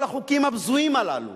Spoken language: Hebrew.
כל החוקים הבזויים הללו